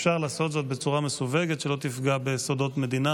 אפשר לעשות זאת בצורה מסווגת שלא תפגע בסודות מדינה